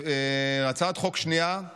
הצעת חוק שנייה היא